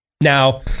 Now